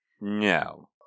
No